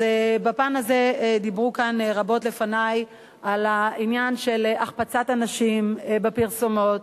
אז בפן הזה דיברו כאן רבות לפני על העניין של החפצת הנשים בפרסומות,